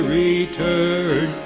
return